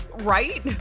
Right